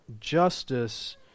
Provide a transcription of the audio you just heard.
justice